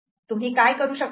तुम्ही काय करू शकतात